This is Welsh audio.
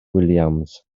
williams